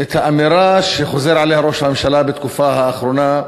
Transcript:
האמירה שחוזר עליה ראש הממשלה בתקופה האחרונה,